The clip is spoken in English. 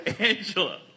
Angela